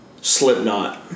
Slipknot